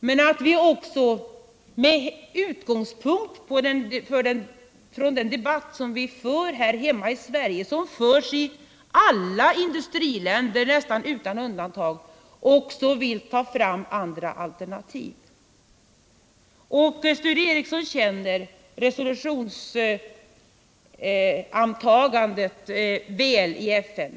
Samtidigt vill vi med utgångspunkt i den debatt som vi för här i Sverige och som förs i alla industriländer nästan utan undantag också ta fram andra alternativ. Sture Ericson känner väl till hur resolutionsantagandet i FN går till.